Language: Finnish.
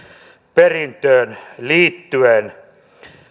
perintöön liittyen